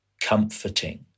comforting